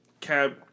Cab